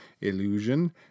illusion